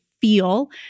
feel